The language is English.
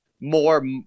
more